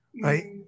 right